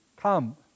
come